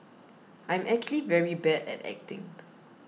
I'm actually very bad at acting